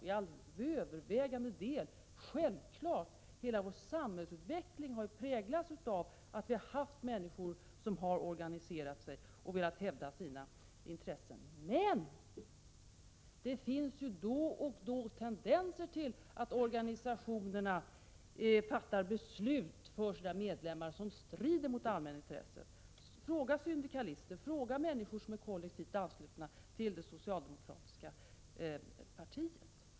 Till alldeles övervägande del har samhällsutvecklingen präglats av att människor, som har organiserat sig, velat hävda sina intressen. Men det finns då och då tendenser till att organisationerna för sina medlemmar fattar beslut som strider mot allmänintresset. Fråga syndikalister och fråga människor som är kollektivt anslutna till det socialdemokratiska partiet!